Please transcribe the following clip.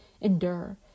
endure